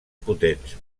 potents